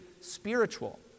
spiritual